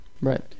right